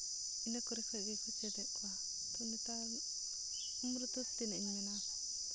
ᱤᱱᱟᱹ ᱠᱚᱨᱮ ᱠᱷᱚᱡᱱ ᱜᱮᱠᱚ ᱪᱮᱫ ᱮᱫ ᱠᱚᱣᱟ ᱟᱫᱚ ᱱᱮᱛᱟᱨ ᱩᱢᱮᱨ ᱫᱚ ᱛᱤᱱᱟᱹᱜ ᱤᱧ ᱢᱮᱱᱟ